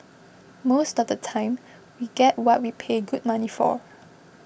most of the time we get what we pay good money for